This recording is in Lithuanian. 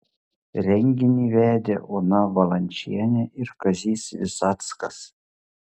renginį vedė ona valančienė ir kazys visackas